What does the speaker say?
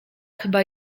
chyba